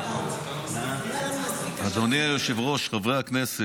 לי, אדוני היושב-ראש, חברי הכנסת,